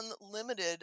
unlimited